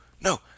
no